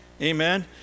Amen